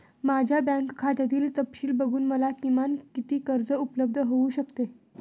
माझ्या बँक खात्यातील तपशील बघून मला किमान किती कर्ज उपलब्ध होऊ शकते?